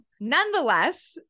Nonetheless